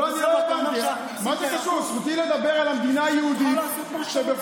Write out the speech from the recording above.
ואז אתה אומר שאנחנו הורסים את היהדות?